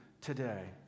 today